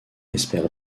espèrent